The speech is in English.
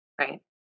right